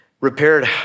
repaired